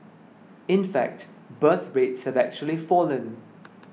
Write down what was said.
in fact birth rates have actually fallen